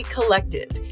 Collective